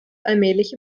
allmählich